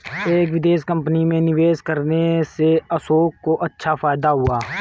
एक विदेशी कंपनी में निवेश करने से अशोक को अच्छा फायदा हुआ